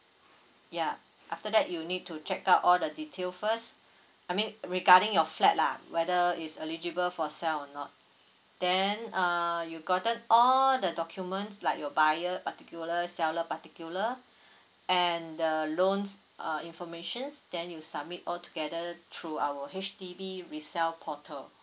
yeah after that you need to check out all the details first I mean regarding your flat lah whether is eligible for sell or not then uh you gotten all the documents like your buyer particular seller particular and the loans uh informations then you submit all together through our H_D_B resale portal